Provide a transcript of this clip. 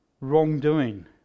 wrongdoing